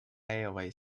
railway